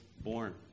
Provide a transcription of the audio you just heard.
born